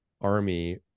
Army